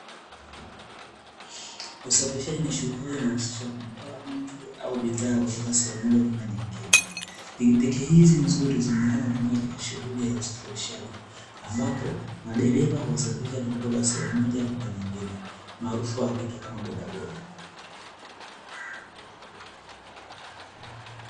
Usafirishaji ni shughuli inayohusisha kumtoa mtu au bidhaa kutoka sehemu moja kwenda nyingine. Pikipiki hizi nzuri zinaonekana kutumiwa katika shughuli za usafirishaji, ambapo madereva huwasafirisha watu kutoka sehemu moja kwenda nyingine, maarufu wakiitwa kama bodaboda.